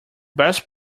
best